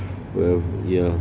well ya